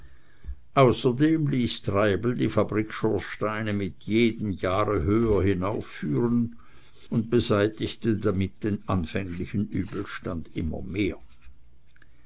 außerdem ließ treibel die fabrikschornsteine mit jedem jahre höher hinaufführen und beseitigte damit den anfänglichen übelstand immer mehr